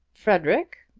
frederic,